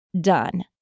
done